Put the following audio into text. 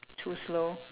too slow